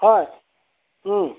হয়